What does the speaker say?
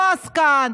לא עסקן,